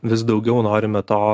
vis daugiau norime to